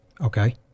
Okay